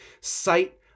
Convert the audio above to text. sight